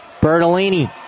Bertolini